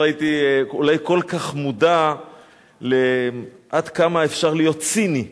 הייתי אולי כל כך מודע עד כמה אפשר להיות ציני,